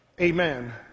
amen